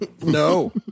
No